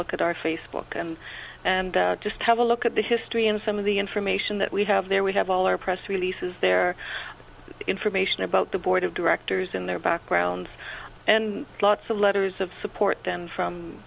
look at our facebook and and just have a look at the history and some of the information that we have there we have all our press releases their information about the board of directors in their backgrounds and lots of letters of support and from